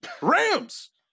Rams